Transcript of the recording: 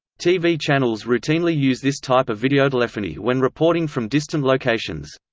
tv channels routinely use this type of videotelephony when reporting from distant locations.